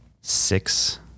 six